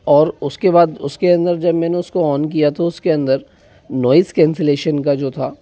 और उसके बाद उसके अंदर जब मैंने उसको ऑन किया तो उसके अंदर नॉइस कैंसलेशन का जो था